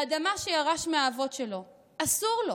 באדמה שירש מהאבות שלו, אסור לו.